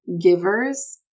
givers